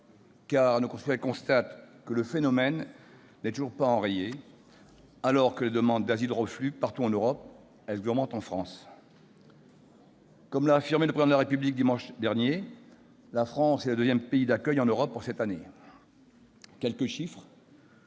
car nos concitoyens constatent que le phénomène n'est toujours pas enrayé. Alors que les demandes d'asile refluent partout en Europe, elles augmentent en France. Comme l'a affirmé le Président de la République dimanche dernier, la France est le deuxième pays d'accueil en Europe pour cette année. Quelques chiffres